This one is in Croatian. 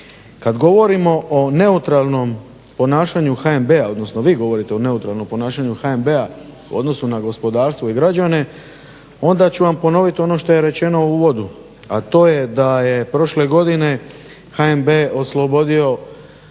Kad govorimo o neutralnom ponašanju HNB-a, odnosno vi govorite o neutralnom ponašanju HNB-a u odnosu na gospodarstvo i građane, onda ću vam ponovit ono što je rečeno u uvodu, a to je da je prošle godine HNB oslobodio sa